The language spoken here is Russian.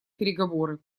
переговоры